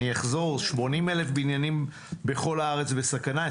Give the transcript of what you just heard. אחזור: 80,000 בניינים בכל הארץ בסכנה,